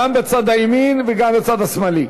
גם בצד ימין וגם בצד השמאלי.